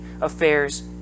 affairs